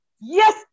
Yes